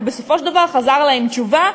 ובסופו של דבר חזר אלי עם תשובה,